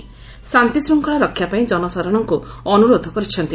ଶାନ୍ତି ଶୃଙ୍ଖଳା ରକ୍ଷା ପାଇଁ ଜନସାଧାରଣଙ୍କୁ ଅନୁରୋଧ କରିଛନ୍ତି